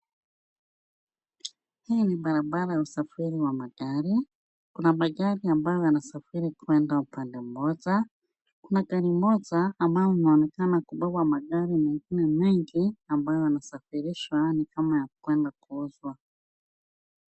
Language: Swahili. Hii ni barabara ya usafiri wa magari. Kuna magari ambayo yanasafiri kuenda upande moja. Kuna gari moja ambao unaonekana kubeba magari mengine mengi ambayo yanasafiririshwa ni kama ya kuenda kuoshwa.